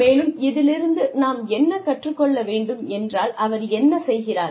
மேலும் இதிலிருந்து நாம் என்ன கற்றுக்கொள்ள வேண்டும் என்றால் அவர் என்ன செய்கிறார்